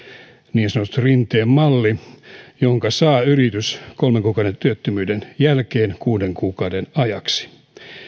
niin sanottu rinteen malli jonka saa yritys kolmen kuukauden työttömyyden jälkeen kuuden kuukauden ajaksi